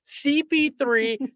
CP3